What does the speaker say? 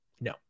no